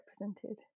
represented